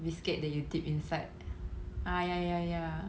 biscuit that you dip inside ah ya ya ya